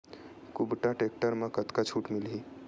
कुबटा टेक्टर म कतका छूट मिलही?